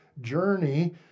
journey